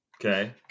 Okay